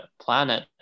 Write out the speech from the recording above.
planet